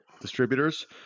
distributors